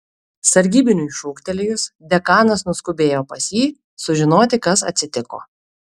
sargybiniui šūktelėjus dekanas nuskubėjo pas jį sužinoti kas atsitiko